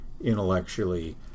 intellectually